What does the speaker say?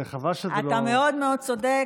חבל שזה לא, אתה מאוד מאוד צודק.